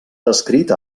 descrit